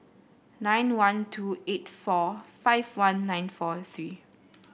nine one two eight four five one nine four three